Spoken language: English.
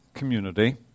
community